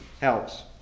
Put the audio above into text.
Helps